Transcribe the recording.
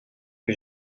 que